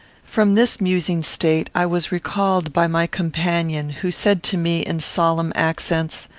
from this musing state i was recalled by my companion, who said to me, in solemn accents,